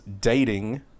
dating